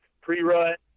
pre-rut